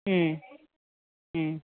ம் ம்